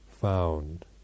found